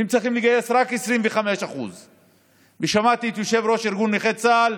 והם צריכים לגייס רק 25%. שמעתי את יושב-ראש ארגון נכי צה"ל,